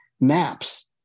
maps